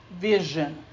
vision